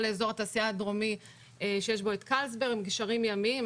אזור התעשייה הדרומי שיש בו את קרלסברג עם מקשרים ימיים,